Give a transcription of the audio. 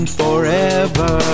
forever